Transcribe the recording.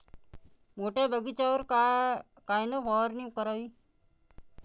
मोठ्या बगीचावर कायन फवारनी करावी?